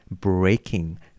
breaking